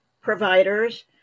providers